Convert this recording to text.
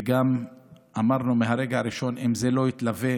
וגם אמרנו מהרגע הראשון שאם זה לא יתלווה